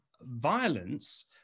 violence